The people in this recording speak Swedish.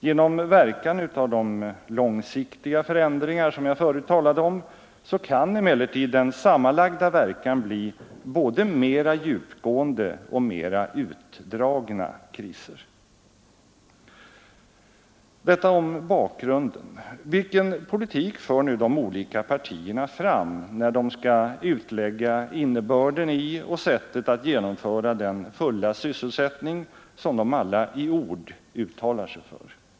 Genom verkan av de långsiktiga förändringar, som jag förut talade om, kan emellertid den sammanlagda verkan bli både mera djupgående och mera utdragna kriser. Detta om bakgrunden. Vilken politik för nu de olika partierna fram, när de skall utlägga innebörden i och sättet att genomföra den fulla sysselsättning, som de alla i ord uttalar sig för?